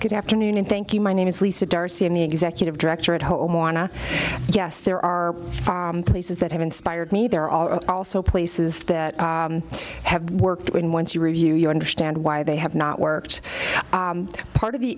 good afternoon and thank you my name is lisa d'arcy i'm the executive director at home yes there are places that have inspired me there are also places that have worked when once you review you understand why they have not worked part of the